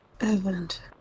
event